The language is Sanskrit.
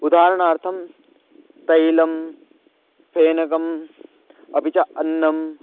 उदाहरणार्थं तैलं फेनकम् अपि च अन्नं